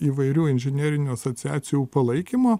įvairių inžinerinių asociacijų palaikymo